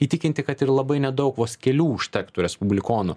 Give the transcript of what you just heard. įtikinti kad ir labai nedaug vos kelių užtektų respublikonų